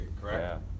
Correct